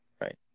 right